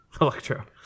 Electro